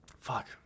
fuck